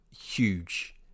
huge